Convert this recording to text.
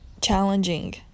challenging